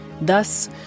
Thus